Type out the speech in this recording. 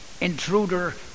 intruder